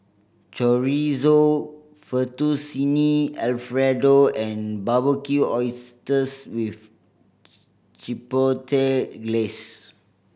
Chorizo Fettuccine Alfredo and Barbecued Oysters with Chipotle Glaze